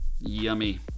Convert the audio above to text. Yummy